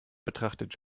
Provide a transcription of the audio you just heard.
betrachtet